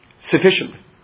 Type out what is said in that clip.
Sufficiently